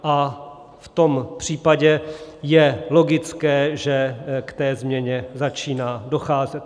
A v tom případě je logické, že k té změně začíná docházet.